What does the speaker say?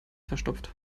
verstopft